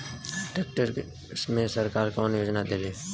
Tractor मे सरकार कवन योजना देले हैं?